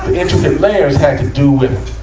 intricate layers had to do with,